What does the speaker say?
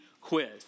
quiz